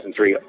2003